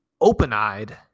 open-eyed